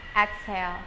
exhale